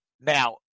Now